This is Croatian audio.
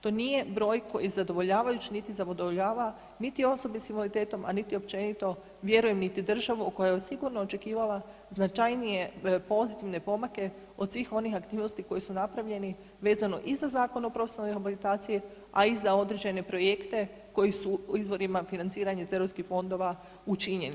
To nije broj koji je zadovoljavajuć, niti zadovoljava niti osobe s invaliditetom, a niti općenito vjerujem niti državu koja je sigurno očekivala značajnije pozitivne pomake od svih onih aktivnosti koji su napravljeni vezano i za Zakon o profesionalnoj rehabilitaciji, a i za određene projekte koji su, … [[Govornik se ne razumije]] financiranje iz europskih fondova učinjeni.